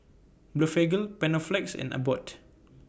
Blephagel Panaflex and Abbott